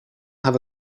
have